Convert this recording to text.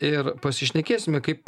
ir pasišnekėsime kaip